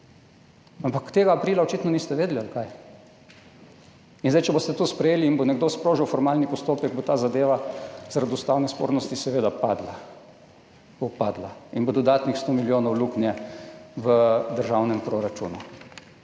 Ampak tega aprila očitno niste vedeli ali kaj? Če boste zdaj to sprejeli in bo nekdo sprožil formalni postopek, bo ta zadeva zaradi ustavne spornosti seveda padla in bo dodatnih 100 milijonov luknje v državnem proračunu.